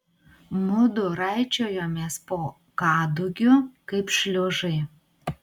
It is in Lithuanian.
mudu raičiojomės po kadugiu kaip šliužai